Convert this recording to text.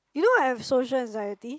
you know I have social anxiety